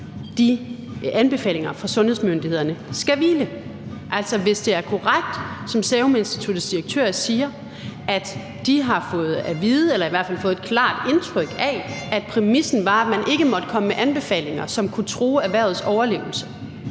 de anbefalinger fra sundhedsmyndighederne skal hvile på. Altså, hvis det er korrekt, som Seruminstituttets direktør siger, at de har fået at vide eller i hvert fald fået et klart indtryk af, at præmissen var, at man ikke måtte komme med anbefalinger, som kunne true erhvervets overlevelse,